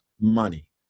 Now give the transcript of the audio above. money